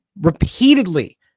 repeatedly